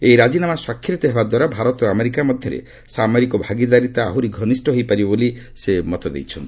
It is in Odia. ଏହି ରାଜିନାମା ସ୍ୱାକ୍ଷରିତ ହେବା ଦ୍ୱାରା ଭାରତ ଓ ଆମେରିକା ମଧ୍ୟରେ ସାମରିକ ଭାଗିଦାରିତା ଆହ୍ରରି ଘନିଷ୍ଠ ହୋଇପାରିବ ବୋଲି ସେ ମତ ଦେଇଛନ୍ତି